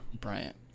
Bryant